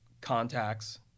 contacts